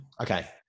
Okay